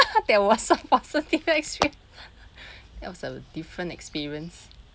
that was some positive experience that was a different experience